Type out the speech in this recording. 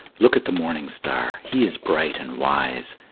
look at the morning star. he is bright and wise.